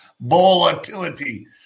Volatility